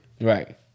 right